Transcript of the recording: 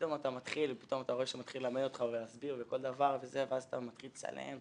פתאום אתה רואה שהוא מתחיל ללמד אותך ולהסביר ואז אתה מתחיל לצלם.